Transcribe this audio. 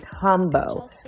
Combo